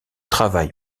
travail